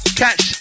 catch